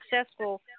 successful –